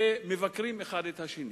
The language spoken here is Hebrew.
ומבקרים אחד את השני.